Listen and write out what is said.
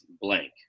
blank